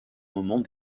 moment